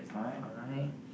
alright